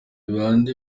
bande